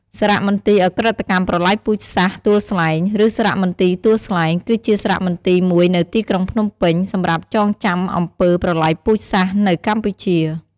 សារមន្ទីរឧក្រិដ្ឋកម្មប្រល័យពូជសាសន៍ទួលស្លែង ឬសារមន្ទីរទួលស្លែង គឺជាសារមន្ទីរមួយនៅទីក្រុងភ្នំពេញ សម្រាប់ចងចាំពីអំពើប្រល័យពូជសាសន៏នៅកម្ពុជា។